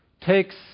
takes